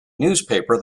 newspaper